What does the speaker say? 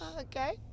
Okay